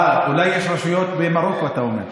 אה, אולי יש רשויות במרוקו, אתה אומר.